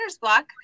block